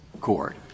court